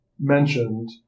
mentioned